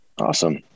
Awesome